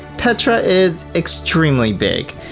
petra is extremely big,